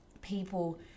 people